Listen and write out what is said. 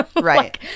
right